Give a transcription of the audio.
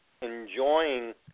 enjoying